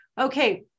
okay